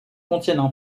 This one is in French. contiennent